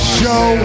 show